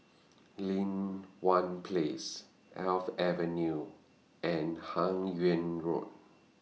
Lin Hwan Place Alps Avenue and Hun Yeang Road